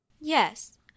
yes